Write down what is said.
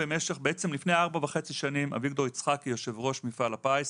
לפני ארבע וחצי שנים אביגדור יצחקי יושב-ראש מפעל הפיס,